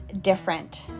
different